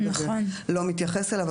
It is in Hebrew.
שכרגע זה לא מתייחס אליו,